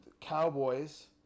Cowboys